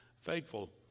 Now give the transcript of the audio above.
faithful